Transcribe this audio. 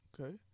Okay